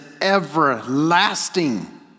everlasting